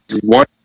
one